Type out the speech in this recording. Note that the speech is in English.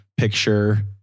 Picture